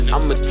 I'ma